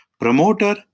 Promoter